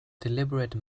deliberate